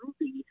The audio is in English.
Ruby